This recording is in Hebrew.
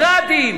"גראדים",